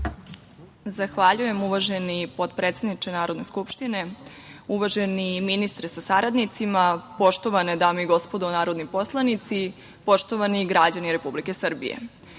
Zahvaljujem. Uvaženi potpredsedniče Narodne skupštine, uvaženi ministre sa saradnicima, poštovane dame i gospodo narodni poslanici, poštovani građani Republike Srbije,